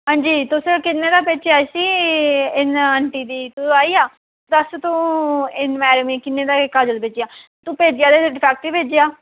हां जी तुस किन्ने दा बेचेआ इसी इन आंटी की तू आई गेआ दस तू इन मैडम गी किन्ने दा काजल बेचेआ तू भेजेआ ते डिफेक्टिव भेजेआ